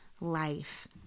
life